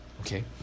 okay